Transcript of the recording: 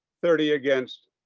thirty against.